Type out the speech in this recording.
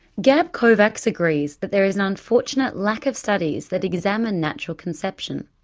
gab kovacs agrees that there is an unfortunate lack of studies that examine natural conception.